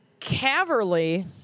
Caverly